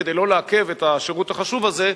כדי לא לעכב את השירות החשוב הזה,